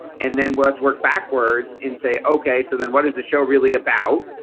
and then what's work backward and say okay. so then what does the show really about?